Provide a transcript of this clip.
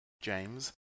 James